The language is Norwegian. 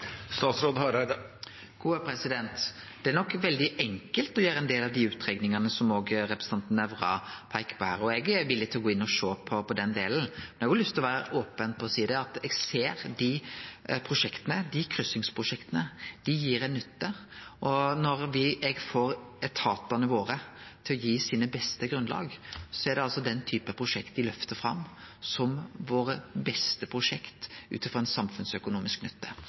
Det er nok veldig enkelt å gjere ein del av dei utrekningane som representanten Nævra peiker på her, og eg er villig til å gå inn og sjå på den delen. Men eg har òg lyst til å vere open og seie at eg ser at dei kryssingsprosjekta gir ei nytte. Når eg får etatane våre til å gi sine beste grunnlag, er det den typen prosjekt dei løftar fram som våre beste prosjekt ut frå ei samfunnsøkonomisk nytte.